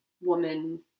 woman